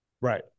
Right